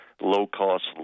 low-cost